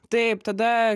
taip tada